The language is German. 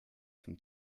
zum